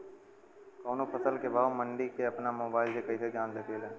कवनो फसल के भाव मंडी के अपना मोबाइल से कइसे जान सकीला?